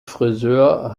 frisör